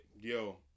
yo